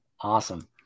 Awesome